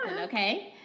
okay